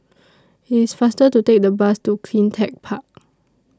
IT IS faster to Take The Bus to CleanTech Park